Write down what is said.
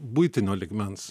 buitinio lygmens